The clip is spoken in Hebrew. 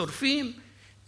שורפים,